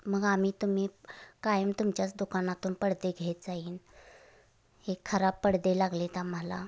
मग आम्ही तुम्ही कायम तुमच्याच दुकानातून पडदे घेत जाईन हे खराब पडदे लागलेत आम्हाला